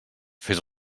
fes